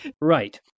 Right